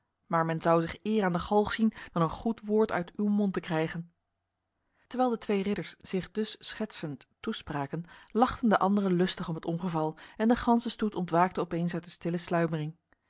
maar men zou zich eer aan de galg zien dan een goed woord uit uw mond te krijgen terwijl de twee ridders zich dus schertsend toespraken lachten de anderen lustig om het ongeval en de ganse stoet ontwaakte opeens uit de stille